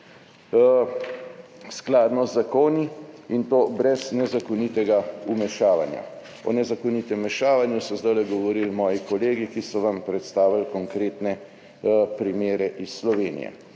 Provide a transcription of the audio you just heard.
skladu z zakoni, brez nezakonitega vmešavanja.« O nezakonitem vmešavanju so zdaj govorili moji kolegi, ki so vam predstavili konkretne primere iz Slovenije.